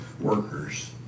workers